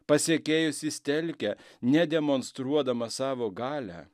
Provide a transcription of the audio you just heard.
pasekėjus jis telkia ne demonstruodamas savo galią